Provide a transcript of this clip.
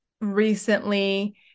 recently